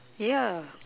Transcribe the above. yeah